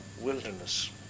wilderness